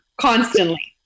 constantly